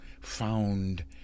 found